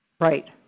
Right